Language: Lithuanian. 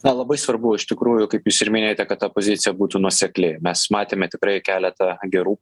na labai svarbu iš tikrųjų kaip jūs ir minėjote kad ta pozicija būtų nuosekli mes matėme tikrai keleta gerų